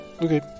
okay